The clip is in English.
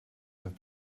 have